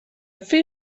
free